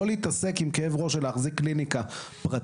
ולא להתעסק עם כאב הראש של להחזיק קליניקה פרטית.